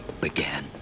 began